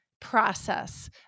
process